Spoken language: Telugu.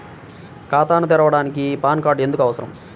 ఖాతాను తెరవడానికి పాన్ కార్డు ఎందుకు అవసరము?